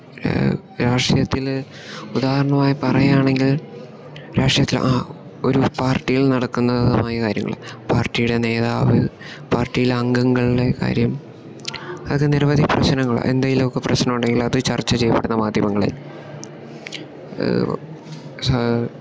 രാഷ്ട്രീയത്തില് ഉദാഹരണമായി പറയുകയാണെങ്കിൽ രാഷ്ട്രീയത്തില് ആ ഒരു പാർട്ടിയില് നടക്കുന്നതുമായ കാര്യങ്ങള് പാർട്ടിയുടെ നേതാവ് പാർട്ടിയിലെ അംഗങ്ങളുടെ കാര്യം അത് നിരവധി പ്രശ്നങ്ങളാണ് എന്തേലുമൊക്കെ പ്രശ്നമുണ്ടെങ്കിൽ അത് ചർച്ച ചെയ്യപ്പെടുന്ന മാധ്യമങ്ങളെ സാ